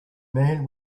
man